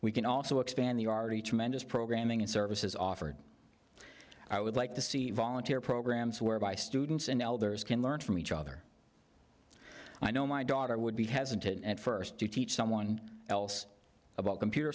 we can also expand the already tremendous programming and services offered i would like to see volunteer programs whereby students and elders can learn from each other i know my daughter would be hasn't it at st to teach someone else about computer